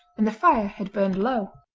and the fire had burned low.